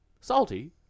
Salty